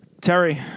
Terry